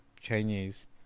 Chinese